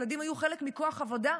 ילדים היו חלק מכוח עבודה.